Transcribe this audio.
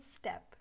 step